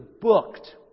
booked